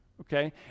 okay